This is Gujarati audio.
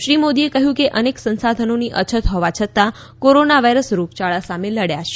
શ્રી મોદીએ કહ્યું કે અનેક સંસાધનોની અછત હોવા છતાં કોરોના વાયરસ રોગયાળા સામે લડ્યા છે